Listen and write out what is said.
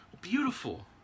beautiful